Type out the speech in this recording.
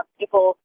people